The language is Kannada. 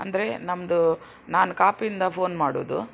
ಅಂದರೆ ನಮ್ಮದೂ ನಾನು ಕಾಪುಯಿಂದ ಫೋನ್ ಮಾಡೋದು